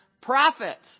profits